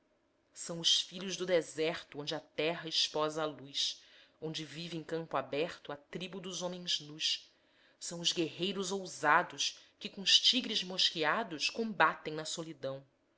são os filhos do deserto onde a terra esposa a luz onde vive em campo aberto a tribo dos homens nus são os guerreiros ousados que com os tigres mosqueados combatem na solidão